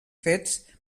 fets